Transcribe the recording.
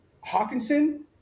Hawkinson